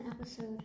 episode